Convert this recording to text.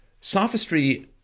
sophistry